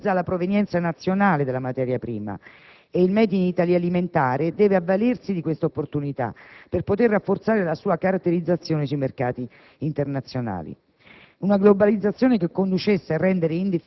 L'indicazione obbligatoria dell'origine valorizza la provenienza nazionale della materia prima e il *made in Italy* alimentare deve avvalersi di questa opportunità per poter rafforzare la sua caratterizzazione sui mercati internazionali.